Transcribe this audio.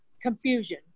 confusion